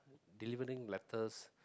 delivering letters